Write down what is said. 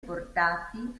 portati